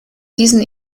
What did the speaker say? diesen